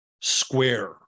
square